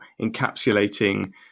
encapsulating